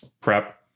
prep